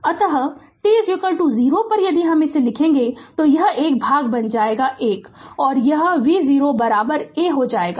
अत t 0 पर यदि लिखेंगे तो यह एक भाग बन जाएगा 1 और यह v0 बराबर A हो जाएगा